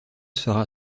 sera